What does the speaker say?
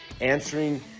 answering